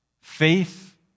faith